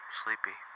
sleepy